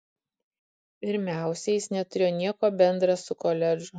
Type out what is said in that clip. pirmiausia jis neturėjo nieko bendra su koledžu